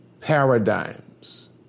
paradigms